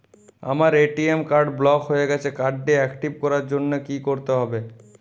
আমার ATM card block হয়ে গেছে কার্ড টি একটিভ করার জন্যে কি করতে হবে?